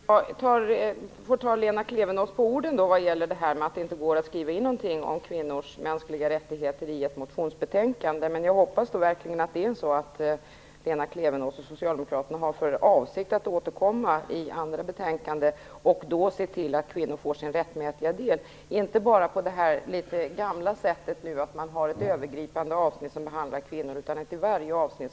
Herr talman! Jag tar Lena Klevenås på orden vad gäller det här med att det i ett motionsbetänkande inte går att ha en skrivning om kvinnors mänskliga rättigheter. Jag hoppas att Lena Klevenås och socialdemokraterna verkligen har för avsikt att återkomma i andra betänkanden och att de ser till att kvinnor får sin rättmätiga del. Det får inte ske bara på det gamla sättet, dvs. att kvinnofrågan behandlas i ett övergripande avsnitt.